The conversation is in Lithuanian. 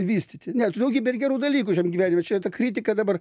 vystyti ne tai daugybė ir gerų dalykų šiam gyvenime čia ta kritika dabar